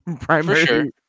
primary